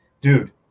Dude